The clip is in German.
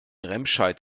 remscheid